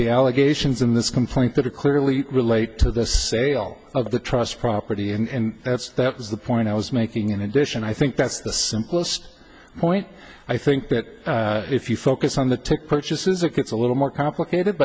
the allegations in this complaint that are clearly relate to this sale of the trust property and that's that was the point i was making in addition i think that's the simplest point i think that if you focus on the ticket purchases it gets a little more complicated